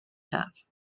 half